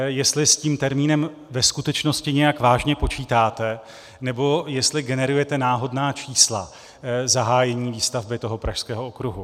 Jestli s tím termínem ve skutečnosti nějak vážně počítáte, nebo jestli generujete náhodná čísla zahájení výstavby Pražského okruhu.